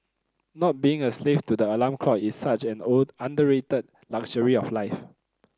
not being a slave to the alarm clock is such an underrated luxury of life